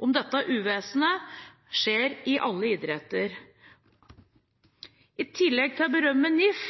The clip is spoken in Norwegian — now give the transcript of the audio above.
om dette uvesenet er der i alle idretter. I tillegg til at NIFs